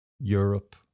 Europe